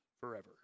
forever